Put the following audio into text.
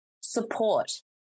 Support